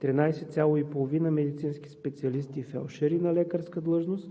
13,5 медицински специалисти и фелдшери на лекарска длъжност,